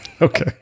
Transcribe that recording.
Okay